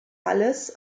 alles